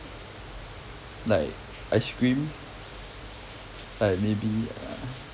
like ice cream like maybe uh